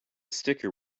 sticker